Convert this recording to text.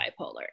bipolar